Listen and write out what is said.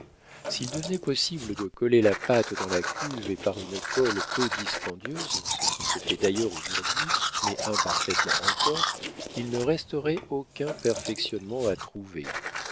s'il devenait possible de coller la pâte dans la cuve et par une colle peu dispendieuse ce qui se fait d'ailleurs aujourd'hui mais imparfaitement encore il ne resterait aucun perfectionnement à trouver